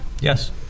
Yes